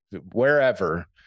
wherever